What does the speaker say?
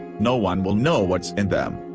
no one will know what's in them.